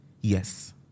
Yes